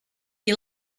you